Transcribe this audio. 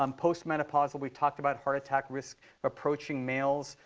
um post-menopausal, we talked about heart attack risk approaching males.